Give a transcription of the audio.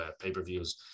pay-per-views